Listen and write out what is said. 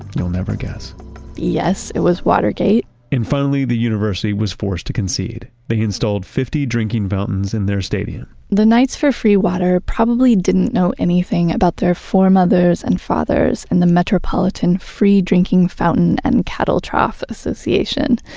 you'll never guess yes, it was watergate and finally, the university was forced to concede. they installed fifty drinking fountains in their stadium the knights for free water probably didn't know anything about their foremothers and fathers and the metropolitan free drinking fountain and cattle trough association,